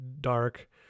dark